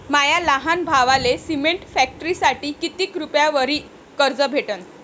माया लहान भावाले सिमेंट फॅक्टरीसाठी कितीक रुपयावरी कर्ज भेटनं?